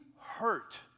hurt